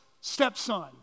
stepson